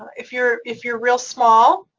if you're, if you're real small,